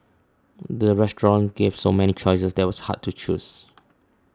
the restaurant gave so many choices that was hard to choose